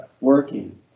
working